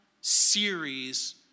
series